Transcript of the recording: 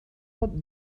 bot